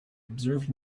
observed